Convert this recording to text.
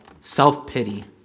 self-pity